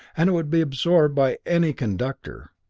and it would be absorbed by any conductor.